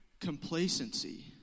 complacency